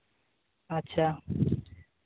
ᱟᱪᱪᱷᱟ